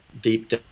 deep